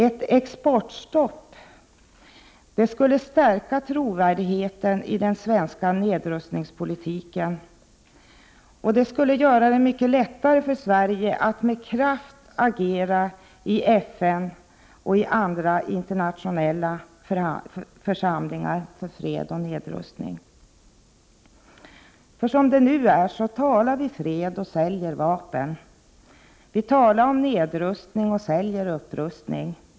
Ett exportstopp skulle stärka trovärdigheten i den svenska nedrustningspolitiken och göra det lättare för Sverige att med kraft agera för fred och nedrustning i FN och andra internationella församlingar. Som det nu är talar vi fred och säljer vapen. Vi talar om nedrustning och säljer upprustning.